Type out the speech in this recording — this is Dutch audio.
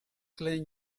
leen